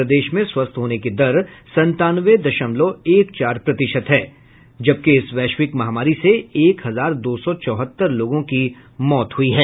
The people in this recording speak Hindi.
प्रदेश में स्वस्थ होने की दर संतानवे दशमलव एक चार प्रतिशत है जबकि इस वैश्विक महामारी से एक हजार दो सौ चौहत्तर लोगों की मौत हुई है